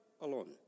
alone